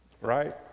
Right